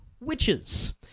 witches